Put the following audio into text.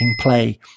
play